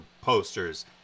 posters